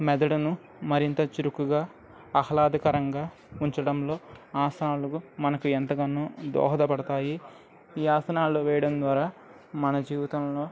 మెదడును మరింత చురుకుగా ఆహ్లాదకరంగా ఉంచడంలో ఆసనాలు మనకు ఎంతగానో దోహదపడతాయి ఈ ఆసనాలు వేయడం ద్వారా మన జీవితంలో